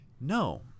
no